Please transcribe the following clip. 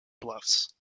bluffs